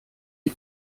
die